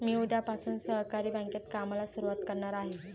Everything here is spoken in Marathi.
मी उद्यापासून सहकारी बँकेत कामाला सुरुवात करणार आहे